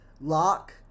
Lock